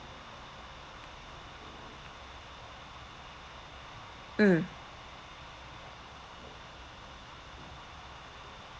mm